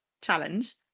challenge